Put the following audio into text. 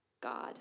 God